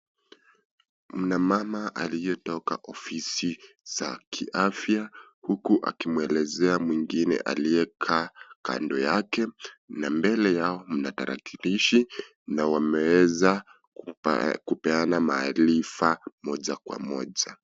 Mna mama aliyetoka ofisi za kiafya huku akimuelezea mwingine aliyekaa kando yake na mbele yao mna tarakilishi na wameeza kupeana maarifa moja kwa moja.